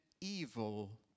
evil